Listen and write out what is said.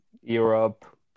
Europe